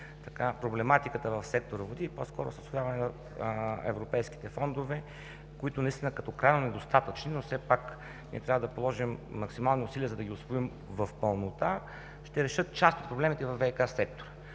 проблематиката в сектор „Води“ и по-скоро с усвояването на европейските фондове. Те наистина са крайно недостатъчни, но все пак трябва да положим максимални усилия, за да ги усвоим в пълнота. Те ще решат част от проблемите във ВиК сектора.